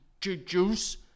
juice